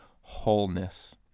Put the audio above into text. wholeness